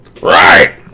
Right